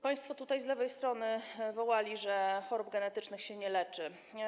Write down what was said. Państwo tutaj z lewej strony wołali, że chorób genetycznych się nie leczy.